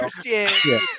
Christian